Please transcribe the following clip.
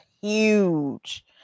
huge